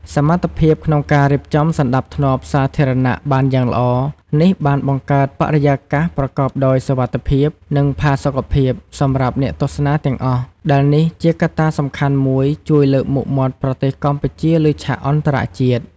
សមត្ថភាពក្នុងការរៀបចំសណ្ដាប់ធ្នាប់សាធារណៈបានយ៉ាងល្អនេះបានបង្កើតបរិយាកាសប្រកបដោយសុវត្ថិភាព និងផាសុកភាពសម្រាប់អ្នកទស្សនាទាំងអស់ ដែលនេះជាកត្តាសំខាន់មួយជួយ លើកមុខមាត់ប្រទេសកម្ពុជាលើឆាកអន្តរជាតិ។